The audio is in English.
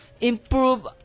improve